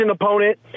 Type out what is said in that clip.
opponent